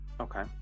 Okay